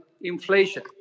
inflation